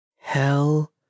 hell